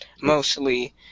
Mostly